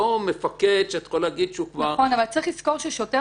לא מפקד שאת יכולה להגיד -- אבל צריך לזכור ששוטר